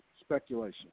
Speculation